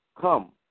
Come